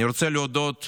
אני רוצה להודות לך,